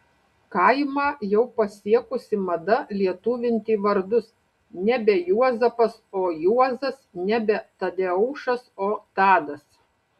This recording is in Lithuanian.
kaimą jau pasiekusi mada lietuvinti vardus nebe juozapas o juozas nebe tadeušas o tadas